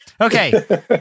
Okay